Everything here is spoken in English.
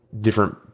different